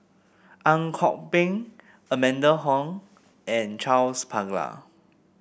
Ang Kok Peng Amanda Heng and Charles Paglar